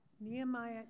Nehemiah